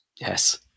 Yes